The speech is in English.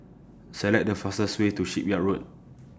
Select The fastest Way to Shipyard Road